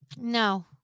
no